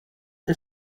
are